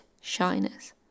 shyness